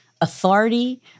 authority